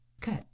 cut